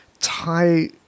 tie